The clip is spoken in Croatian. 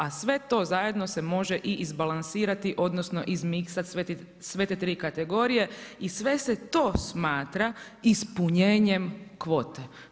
A sve to zajedno se može i izbalansirati odnosno izmiksati sve te tri kategorije i sve se to smatra ispunjenjem kvote.